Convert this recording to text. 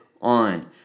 on